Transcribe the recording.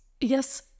Yes